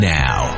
now